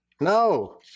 No